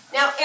Now